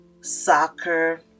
soccer